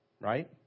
right